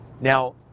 Now